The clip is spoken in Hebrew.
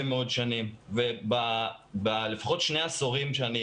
מאוד שנים ולפחות בשני עשורים שאני,